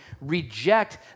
reject